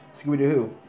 Scooby-Doo